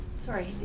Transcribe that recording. sorry